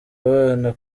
abana